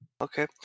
Okay